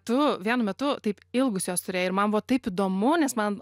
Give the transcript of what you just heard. tu vienu metu taip ilgus juos turėjai ir man buvo taip įdomu nes man